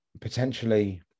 potentially